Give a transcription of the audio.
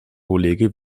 kollege